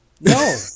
No